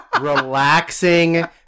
relaxing